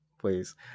please